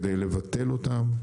כדי לבטל אותם.